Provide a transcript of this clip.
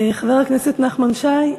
חבר הכנסת נחמן שי,